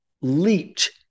leaped